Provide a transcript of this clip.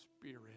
spirit